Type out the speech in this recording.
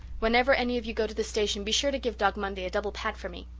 whenever any of you go to the station be sure to give dog monday a double pat for me.